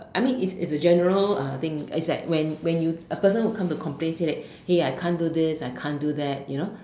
I mean it's it's a general thing it's like when when you a person will come to complain say that hey I can't do this I can't do that you know